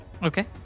Okay